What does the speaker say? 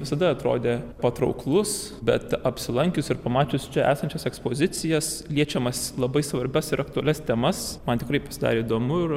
ne visada atrodė patrauklus bet apsilankius ir pamačius čia esančias ekspozicijas liečiamas labai svarbias ir aktualias temas man tikrai pasidarė įdomu ir